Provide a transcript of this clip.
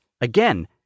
again